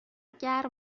گرم